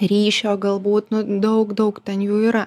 ryšio galbūt nu daug daug ten jų yra